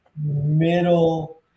middle